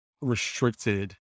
restricted